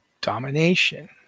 domination